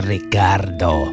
Ricardo